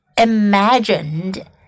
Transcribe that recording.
imagined